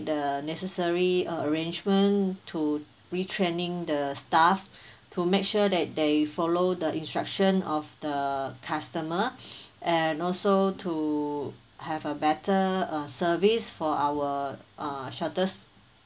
the necessary arrangement to retraining the staff to make sure that they follow the instruction of the customer and also to have a better err service for our err shuttle